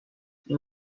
این